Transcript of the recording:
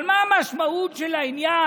אבל מה המשמעות של העניין,